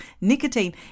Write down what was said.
nicotine